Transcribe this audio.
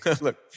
look